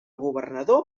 governador